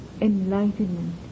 enlightenment